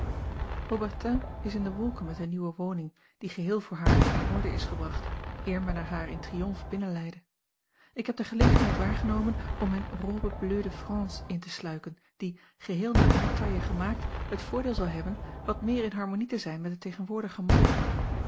haubertin is in de wolken met de nieuwe woning die geheel voor haar in orde is gebracht eer men er haar in triomf binnenleidde ik heb de gelegenheid waargenomem om mijne robe bleu de france in te sluiken die geheel naar haar taille gemaakt het voordeel zal hebben wat meer in harmonie te zijn met de tegenwoordige mode